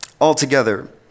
altogether